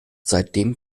seitdem